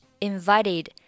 invited